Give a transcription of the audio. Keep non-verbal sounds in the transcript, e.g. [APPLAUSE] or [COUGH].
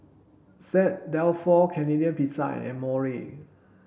Saint Dalfour Canadian Pizza and [UNINTELLIGIBLE]